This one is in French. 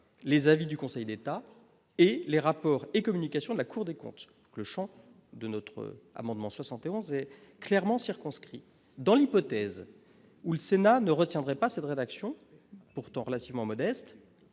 les avis du Conseil d'État et les rapports et communication de la Cour des comptes, le Champ de notre amendement 71 est clairement circonscrit dans l'hypothèse où le Sénat ne retiendrait pas cette rédaction pourtant relativement modeste,